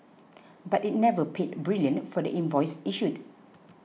but it never paid brilliant for the invoice issued